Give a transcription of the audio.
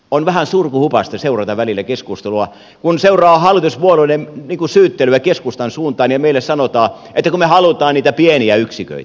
on vähän surkuhupaista seurata välillä keskustelua kun seuraa hallituspuolueiden syyttelyä keskustan suuntaan ja meille sanotaan että kun me haluamme niitä pieniä yksiköitä